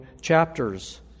chapters